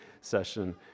session